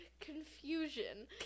confusion